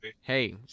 Hey